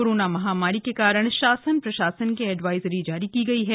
corona महामारी के कारण शासन प्रशासन के एडवाइजरी जारी की है